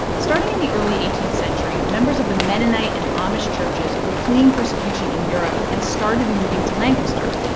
starting in the early eighteenth century, members of the mennonite and amish churches were fleeing persecution in europe and started moving to lancaster.